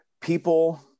people